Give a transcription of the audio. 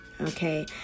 Okay